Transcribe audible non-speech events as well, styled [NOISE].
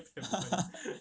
[LAUGHS]